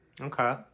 Okay